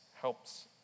helps